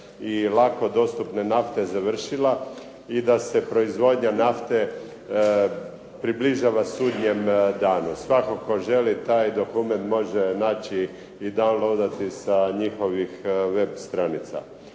i lako dostupne nafte završila i da se proizvodnja nafte približava sudnjem danu. Svatko tko želi taj dokument može naći i downloadati sa njihovih web stranica.